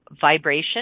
vibration